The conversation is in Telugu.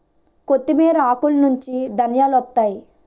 కొత్తిమీర ఆకులనుంచి ధనియాలొత్తాయి